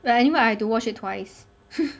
but anyway I have to watch it twice